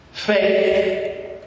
Faith